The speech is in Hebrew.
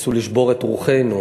ניסו לשבור את רוחנו,